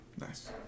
nice